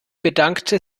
bedankte